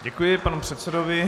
Děkuji panu předsedovi.